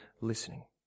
listening